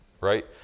right